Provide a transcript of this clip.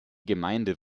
gemeinde